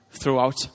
throughout